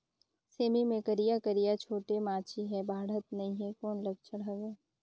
सेमी मे करिया करिया छोटे माछी हे बाढ़त नहीं हे कौन लक्षण हवय?